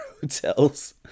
hotels